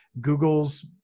Google's